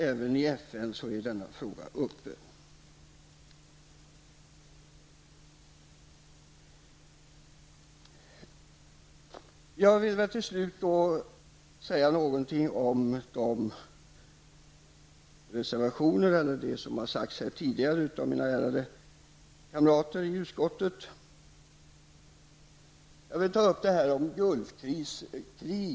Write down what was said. Även i FN är denna fråga uppe. Jag vill till slut säga någonting om de reservationer som kommenterats tidigare av mina kamrater i utskottet. Jag vill ta upp Gulfkriget.